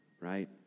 right